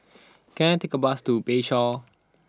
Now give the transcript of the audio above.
can I take a bus to Bayshore